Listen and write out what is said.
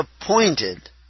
appointed